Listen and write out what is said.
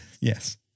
Yes